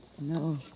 No